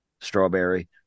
Strawberry